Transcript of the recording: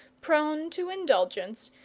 prone to indulgence,